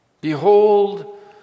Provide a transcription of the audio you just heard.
Behold